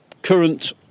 Current